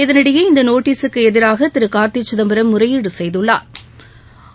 இதற்கிடையே இந்த நோட்டீஸூக்கு எதிராக திரு கா்த்தி சிதம்பரம் முறையீடு செய்துள்ளாா்